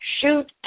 shoot